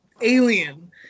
alien